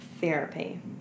Therapy